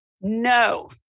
No